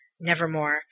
nevermore